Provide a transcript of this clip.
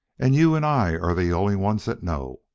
and you and i are the only ones that know.